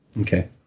Okay